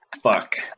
Fuck